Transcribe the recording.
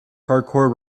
parkour